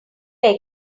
were